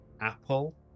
Apple